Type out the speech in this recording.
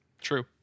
true